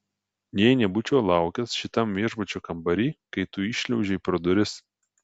jei nebūčiau laukęs šitam viešbučio kambary kai tu įšliaužei pro duris